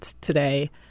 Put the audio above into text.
today